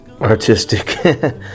artistic